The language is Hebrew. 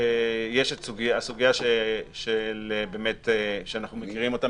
יש את הסוגיה שבאמת אנחנו מכירים אותה